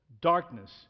darkness